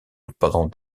pendant